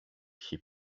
hip